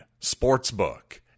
Sportsbook